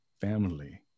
family